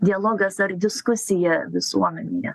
dialogas ar diskusija visuomenėje